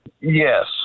Yes